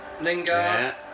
Lingard